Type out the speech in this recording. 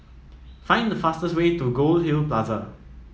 find the fastest way to Goldhill Plaza